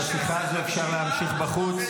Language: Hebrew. את השיחה הזו אפשר להמשיך בחוץ.